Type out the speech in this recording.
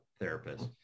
therapist